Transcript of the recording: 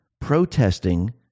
protesting